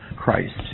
Christ